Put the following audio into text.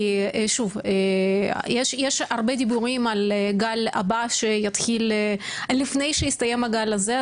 כי שוב יש הרבה דיבורים על גל הבא שיתחיל לפני שיסתיים הגל הזה,